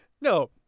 No